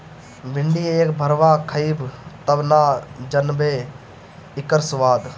भिन्डी एक भरवा खइब तब न जनबअ इकर स्वाद